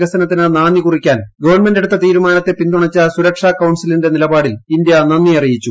വികസനത്തിന് നാന്ദി കുറിക്കാൻ ഗവൺമെന്റ്എടുത്ത തീരുമാനത്തെ പിന്തുണച്ച സുരക്ഷാ കൌൺസിലിന്റെ നിലപാടിൽ ഇന്ത്യ നന്ദി അറിയിച്ചു